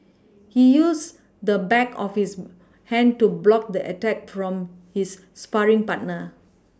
he used the back of his hand to block the attack from his sparring partner